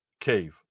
Cave